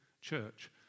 Church